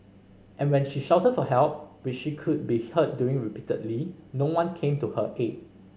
and when she shouted for help which she could be heard doing repeatedly no one came to her aid